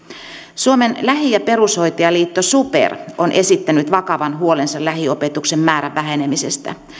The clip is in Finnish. suomen lähi ja perushoitajaliitto super on esittänyt vakavan huolensa lähiopetuksen määrän vähenemisestä